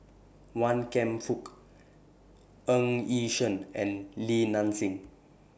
Wan Kam Fook Ng Yi Sheng and Li Nanxing